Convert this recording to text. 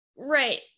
Right